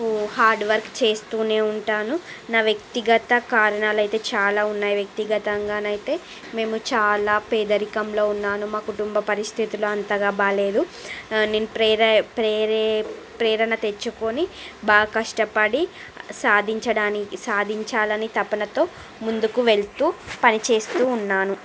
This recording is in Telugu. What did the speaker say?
హార్డ్ వర్క్ చేస్తూనే ఉంటాను నా వ్యక్తిగత కారణాలు అయితే చాలా ఉన్నాయి వ్యక్తిగతంగానైతే మేము చాలా పేదరికంలో ఉన్నాను మా కుటుంబ పరిస్థితులు అంతగా బాగాలేదు నేను ప్రేరణ ప్రేరే ప్రేరణ తెచ్చుకోని బా కష్టపడి సాధించడానికి సాధించాలని తపనతో ముందుకు వెళ్తూ పనిచేస్తూ ఉన్నాను